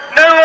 no